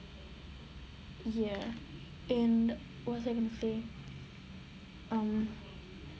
ya and what was I gonna say um